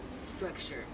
structure